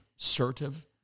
assertive